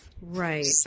Right